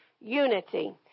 unity